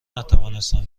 نتوانستم